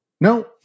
No